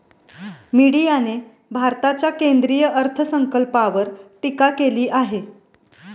मीडियाने भारताच्या केंद्रीय अर्थसंकल्पावर टीका केली आहे